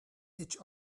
each